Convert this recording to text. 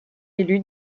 élu